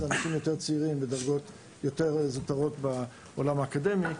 אלה אנשים יותר צעירים בדרגות יותר זוטרות בעולם האקדמי.